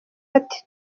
ati